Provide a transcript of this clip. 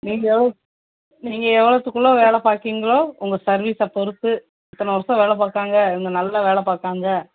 நீங்கள் எவ்வளோ நீங்கள் எவ்ளோத்துக்குள்ளே வேலை பார்க்கீங்களோ உங்கள் சர்வீஸை பொறுத்து இத்தனை வருஷம் வேலை பார்க்கறாங்க இவங்க நல்ல வேலை பார்க்கறாங்க